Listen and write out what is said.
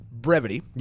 brevity